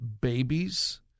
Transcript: babies